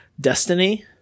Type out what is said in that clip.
destiny